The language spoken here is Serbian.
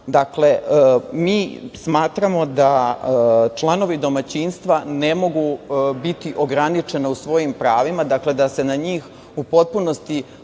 stana. Mi smatramo da članovi domaćinstva ne mogu biti ograničeni u svojim pravima, da se na njih u potpunosti